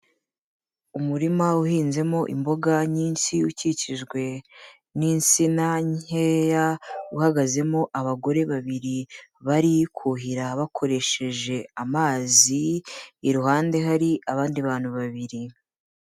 Umurima uhinzemo imboga nyinshi, ukikijwe n'insina nkeya, uhagazemo abagore babiri bari kuhira bakoresheje amazi, iruhande hari abandi bantu babiri.